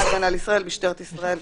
ההגנה לישראל ומשטרת ישראל.